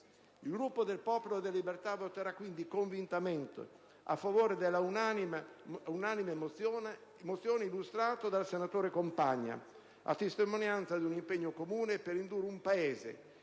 Il Gruppo del Popolo della Libertà voterà quindi convintamente a favore della unanime mozione illustrata dal senatore Compagna, a testimonianza di un impegno comune per indurre un Paese,